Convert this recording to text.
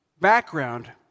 Background